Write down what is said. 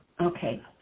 Okay